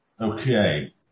Okay